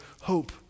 hope